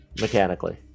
Mechanically